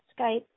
Skype